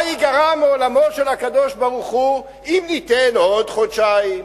מה ייגרע מעולמו של הקדוש-ברוך-הוא אם ניתן עוד חודשיים,